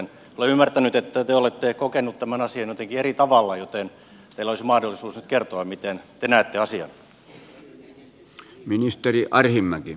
olen ymmärtänyt että te olette kokenut tämän asian jotenkin eri tavalla joten teillä olisi mahdollisuus nyt kertoa miten te näette asian